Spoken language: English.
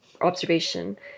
observation